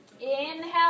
Inhale